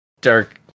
Dark